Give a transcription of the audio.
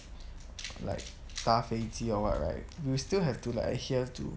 like 搭飞机 or what right you still have to like adhere to